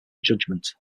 judgement